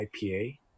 IPA